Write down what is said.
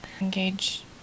engage